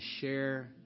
share